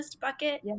bucket